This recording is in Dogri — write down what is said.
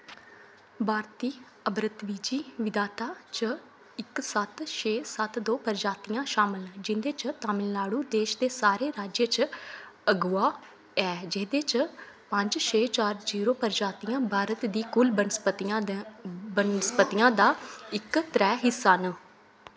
भारती आवृतबीजी विविधता च इक सत्त छे सत्त दो प्रजातियां शामल न जिं'दे च तमिलनाडु देश दे सारे राज्यें च अगुआ ऐ जेह्दे च पंज छे चार जीरो प्रजातियां भारत दी कुल बनस्पतिआं दा इक त्रै हिस्सा न